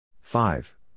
five